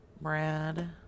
Brad